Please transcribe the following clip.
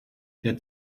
der